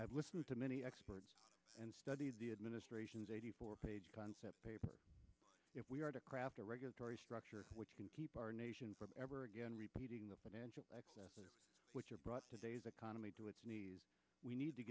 have listened to many experts and studied the administration's eighty four page concept paper if we are to craft a regulatory structure which can keep our nation from ever again repeating the financial which are brought today's economy to its knees we need to